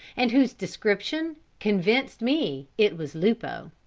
and whose description convinced me it was lupo.